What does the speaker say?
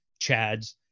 chads